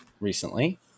recently